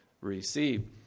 receive